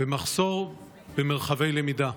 ומחסור במרחבי למידה.